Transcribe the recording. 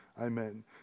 Amen